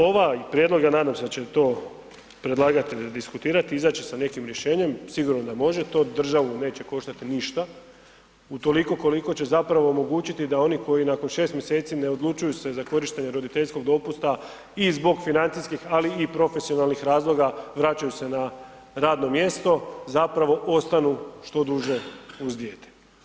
Ovaj prijedlog ja nadam se da će to predlagatelj diskutirati, izaći sa nekim rješenjem, sigurno da može to, državu neće koštati ništa utoliko koliko će zapravo omogućiti da oni koji nakon 6 mjeseci ne odlučuju se za korištenje roditeljskog dopusta i zbog financijskih ali i profesionalnih razloga vraćaju se na radno mjesto zapravo ostanu što duže uz dijete.